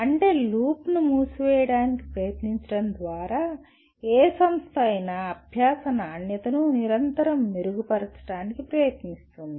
అంటే లూప్ను మూసివేయడానికి ప్రయత్నించడం ద్వారా ఏ సంస్థ అయినా అభ్యాస నాణ్యతను నిరంతరం మెరుగుపరచడానికి ప్రయత్నిస్తుంది